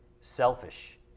selfish